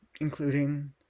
including